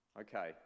Okay